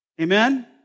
Amen